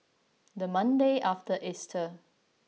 the Monday after Easter